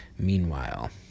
meanwhile